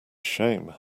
shame